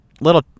little